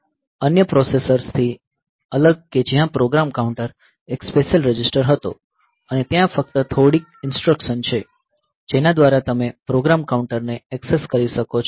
અન્ય પ્રોસેસર્સથી અલગ કે જ્યાં પ્રોગ્રામ કાઉન્ટર એક સ્પેશિયલ રજિસ્ટર હતો અને ત્યાં ફક્ત થોડી ઇન્સટ્રકશન છે જેના દ્વારા તમે પ્રોગ્રામ કાઉન્ટરને ઍક્સેસ કરી શકો છો